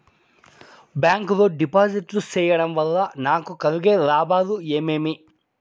Bank లో డిపాజిట్లు సేయడం వల్ల నాకు కలిగే లాభాలు ఏమేమి?